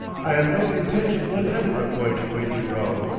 i have no intention whatever of going to queensborough,